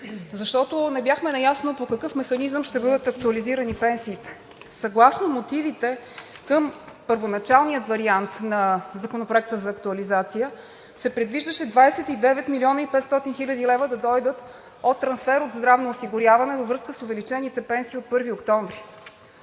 защото не бяхме наясно по какъв механизъм ще бъдат актуализирани пенсиите. Съгласно мотивите към първоначалния вариант на Законопроекта за актуализация се предвиждаше 29 млн. 500 хил. лв. да дойдат от трансфер от здравно осигуряване във връзка с увеличените пенсии от 1 октомври.